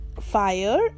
fire